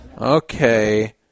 okay